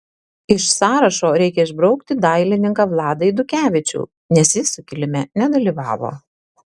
iš sąrašo reikia išbraukti dailininką vladą eidukevičių nes jis sukilime nedalyvavo